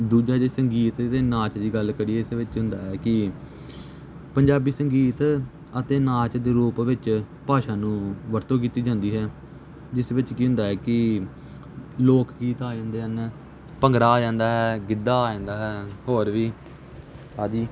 ਦੂਜਾ ਜੇ ਸੰਗੀਤ ਇਹਦੇ ਨਾਚ ਦੀ ਗੱਲ ਕਰੀਏ ਇਸ ਵਿੱਚ ਹੁੰਦਾ ਹੈ ਕਿ ਪੰਜਾਬੀ ਸੰਗੀਤ ਅਤੇ ਨਾਚ ਦੇ ਰੂਪ ਵਿੱਚ ਭਾਸ਼ਾ ਨੂੰ ਵਰਤੋਂ ਕੀਤੀ ਜਾਂਦੀ ਹੈ ਜਿਸ ਵਿੱਚ ਕੀ ਹੁੰਦਾ ਹੈ ਕਿ ਲੋਕ ਗੀਤ ਆ ਜਾਂਦੇ ਹਨ ਭੰਗੜਾ ਆ ਜਾਂਦਾ ਗਿੱਧਾ ਆ ਜਾਂਦਾ ਹੈ ਹੋਰ ਵੀ ਆਦਿ